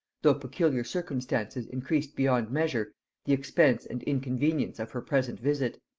though peculiar circumstances increased beyond measure the expense and inconvenience of her present visit.